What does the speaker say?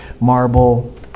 Marble